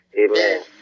Amen